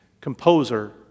composer